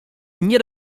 nie